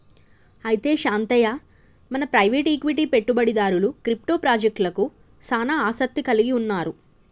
అయితే శాంతయ్య మన private equity పెట్టుబడిదారులు క్రిప్టో పాజెక్టలకు సానా ఆసత్తి కలిగి ఉన్నారు